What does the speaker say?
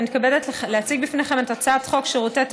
אני מתכבדת להציג בפניכם את הצעת חוק שירותי תשלום,